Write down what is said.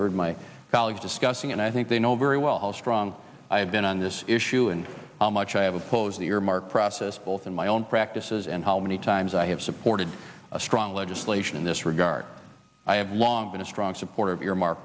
heard my colleagues discussing and i think they know very well how strong i have been on this issue and how much i have opposed the earmark process both in my own practices and how many times i have supported a strong legislation in this regard i have long been a strong supporter of earmark